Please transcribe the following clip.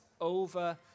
over